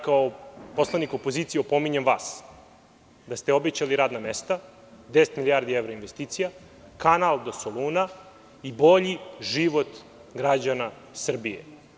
Kao poslanik opozicije opominjem vas da ste obećali radna mesta, 10 milijardi evra investicija, kanal do Soluna i bolji život građana Srbije.